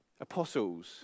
apostles